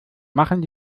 machen